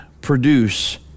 produce